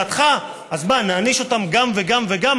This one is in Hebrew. ולשאלתך, אז מה, נעניש אותם גם וגם וגם?